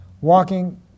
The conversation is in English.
walking